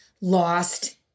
lost